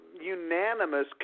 unanimous